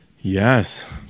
yes